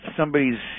somebody's